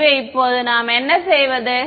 எனவே இப்போது நாம் என்ன செய்வது